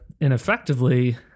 ineffectively